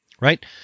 Right